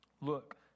Look